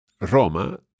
Roma